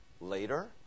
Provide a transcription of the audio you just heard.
later